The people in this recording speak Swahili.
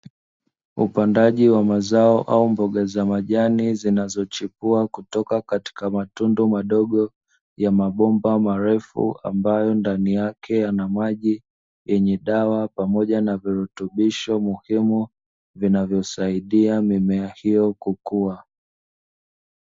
Upandaji wa mazao au mboga za Majani zinazochipua kutoka katika matundu madogo ya mabomba marefu, ambayo ndani yake yana maji yenye dawa pamoja na virutubisho muhimu, vinavyosaidia mimea hiyo kukua.